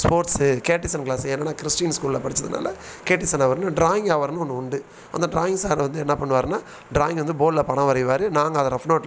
sports catechism class என்னென்னால் Christian ஸ்கூலில் படித்ததுனால கேட்டிசன் ஹவர்னு ட்ராயிங் ஹவர்னு ஒன்று உண்டு அந்த ட்ராயிங் சார் வந்து என்ன பண்ணுவாருனால் ட்ராயிங்கை வந்து போர்ட்டில் படம் வரைவார் நாங்கள் அதை ரஃப் நோட்டில்